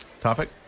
Topic